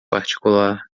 particular